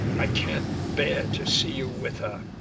i can't bear to see you with her.